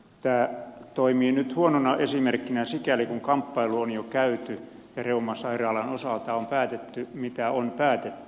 tämä toimii nyt huonona esimerkkinä sikäli kuin kamppailu on jo käyty ja reumasairaalan osalta on päätetty mitä on päätetty